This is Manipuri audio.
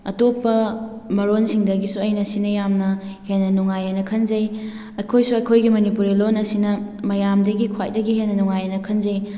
ꯑꯇꯣꯞꯄ ꯃꯔꯣꯟꯁꯤꯡꯗꯒꯤꯁꯨ ꯑꯩꯅ ꯁꯤꯅ ꯌꯥꯝꯅ ꯍꯦꯟꯅ ꯅꯨꯡꯉꯥꯏꯑꯅ ꯈꯟꯖꯩ ꯑꯩꯈꯣꯏꯁꯨ ꯑꯩꯈꯣꯏꯒꯤ ꯃꯅꯤꯄꯨꯔꯤ ꯂꯣꯟ ꯑꯁꯤꯅ ꯃꯌꯥꯝꯗꯒꯤ ꯈ꯭ꯋꯥꯏꯗꯒꯤ ꯍꯦꯟꯅ ꯅꯨꯡꯉꯥꯏꯑꯅ ꯈꯟꯖꯩ